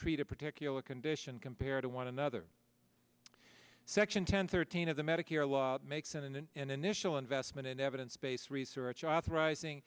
treat a particular condition compare to one another section ten thirteen of the medicare law makes an initial investment in evidence based research authorizing